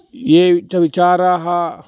ये विच विचाराः